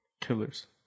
killers